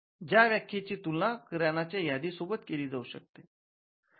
ज्या व्याख्येची तुलना किराणाच्या यादी सोबत केली जाऊ शकते